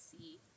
see